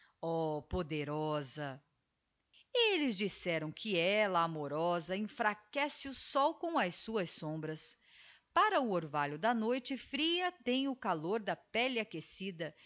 oh poderosa elles disseram que ella amorosa enfraquece o sol com as suas sombras para o orvalho da noite fria tem o calor da pelle aquecida